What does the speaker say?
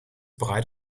breit